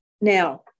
Now